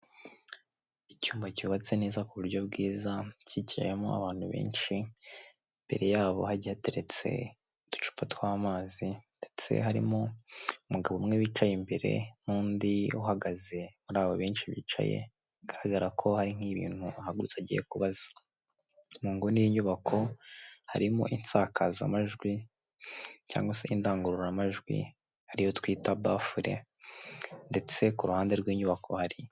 Icyumba cyubatse neza ku buryo bwiza, kicayemo abantu benshi, imbere yabo hagiye hateretse uducupa tw'amazi, ndetse harimo umugabo umwe wicaye imbere, n'undi uhagaze. Muri aba benshi bicaye bigaragara ko hari nk'ibintu ahagurutse agiye kubaza. Mu nguni y'inyubako harimo insakazamajwi cyangwa se indangururamajwi, ariyo twita bafure, ndetse ku ruhande rw'inyubako hari...